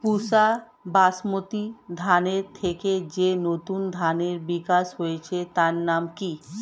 পুসা বাসমতি ধানের থেকে যে নতুন ধানের বিকাশ হয়েছে তার নাম কি?